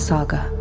Saga